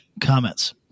comments